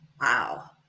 Wow